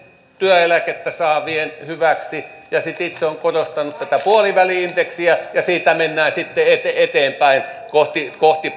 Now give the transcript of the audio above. työeläkettä saavien hyväksi ja sitten itse olen korostanut tätä puoliväli indeksiä ja siitä mennään sitten eteenpäin kohti kohti